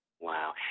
Wow